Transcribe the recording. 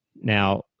Now